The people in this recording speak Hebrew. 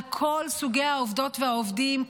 על כל סוגי העובדות והעובדים,